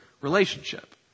relationship